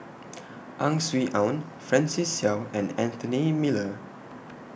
Ang Swee Aun Francis Seow and Anthony Miller